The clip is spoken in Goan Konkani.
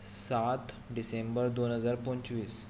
सात डिसेंबर दोन हजार पंचवीस